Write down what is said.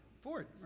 Ford